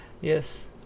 yes